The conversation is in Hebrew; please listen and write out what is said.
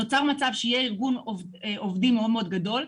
נוצר מצב שיהיה ארגון עובדים מאוד-מאוד גדול,